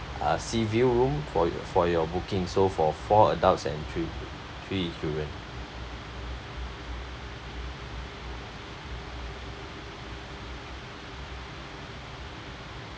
uh sea view room for your for your booking so for four adults and three three children